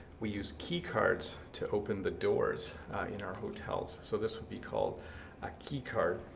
we use key cards to open the doors in our hotels. so this will be called a key card,